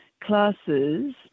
classes